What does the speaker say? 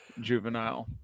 Juvenile